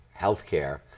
healthcare